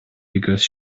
because